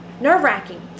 nerve-wracking